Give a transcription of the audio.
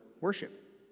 worship